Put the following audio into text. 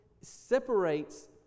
separates